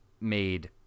made